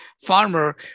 farmer